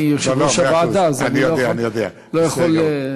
אני יושב-ראש הוועדה ואני לא יכול,